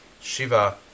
Shiva